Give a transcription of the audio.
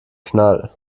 knall